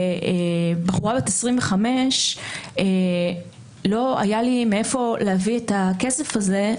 כבחורה בת 25 לא היה לי מאיפה להביא את הכסף הזה,